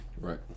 Right